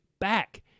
back